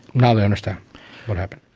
now they understand what happened.